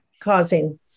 causing